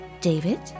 David